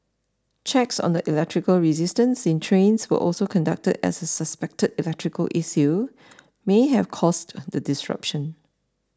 checks on the electrical resistance in trains were also conducted as a suspected electrical issue may have caused the disruption